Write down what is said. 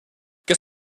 get